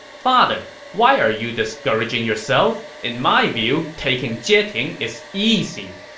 father, why are you discouraging yourself? in my view, taking jieting is easy.